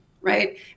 right